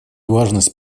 важность